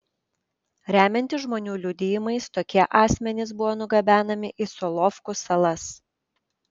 remiantis žmonių liudijimais tokie asmenys buvo nugabenami į solovkų salas